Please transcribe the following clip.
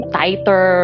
tighter